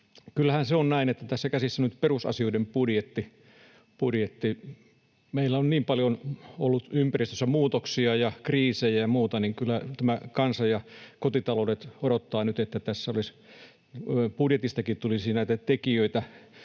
Kyllähän se on näin, että tässä käsissä on nyt perusasioiden budjetti. Meillä on niin paljon ollut ympäristössä muutoksia ja kriisejä ja muuta, että kyllä tämä kansa ja kotitaloudet odottavat, että budjetistakin tulisi näitä tekijöitä,